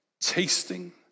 Tasting